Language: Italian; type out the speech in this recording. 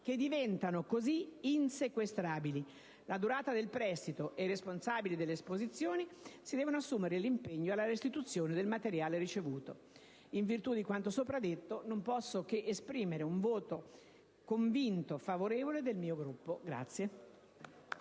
che diventano così insequestrabili, la durata del prestito e i responsabili delle esposizioni, che si assumono l'impegno alla restituzione del materiale ricevuto. In virtù di quanto sopra detto non posso che esprimere il convinto voto favorevole del mio Gruppo.